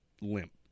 limp